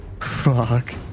Fuck